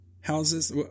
houses